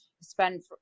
spend